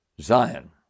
Zion